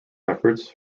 efforts